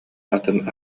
атын